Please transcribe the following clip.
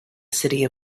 city